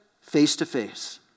face-to-face